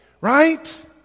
right